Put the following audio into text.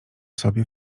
sobie